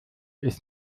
ist